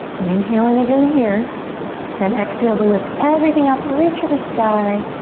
inhale in again here then exhale to lift everything up, reach for the sky,